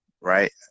right